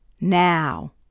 Now